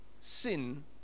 Sin